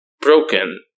broken